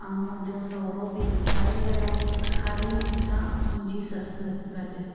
ऐं मुंहिंजो सहुरो बि गुज़ारे वियो खाली मुंहिंजा मुंहिंजी ससु गॾु